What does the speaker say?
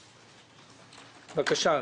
בבקשה.